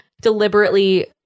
deliberately